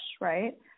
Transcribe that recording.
right